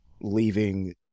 leaving